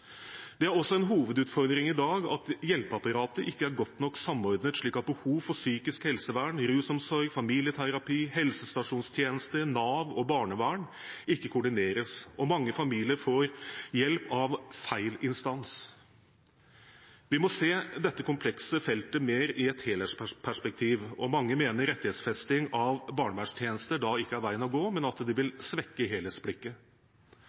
Det er også en hovedutfordring i dag at hjelpeapparatet ikke er godt nok samordnet, slik at behov for psykisk helsevern, rusomsorg, familieterapi, helsestasjonstjenester, Nav og barnevern ikke koordineres. Mange familier får hjelp av feil instans. Vi må se dette komplekse feltet mer i et helhetsperspektiv. Mange mener rettighetsfesting av barnevernstjenester da ikke er veien å gå, men at det vil svekke